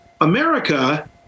America